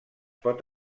pot